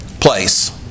place